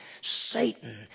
Satan